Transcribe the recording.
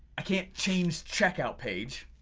i can't change checkout page